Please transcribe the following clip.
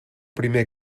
primer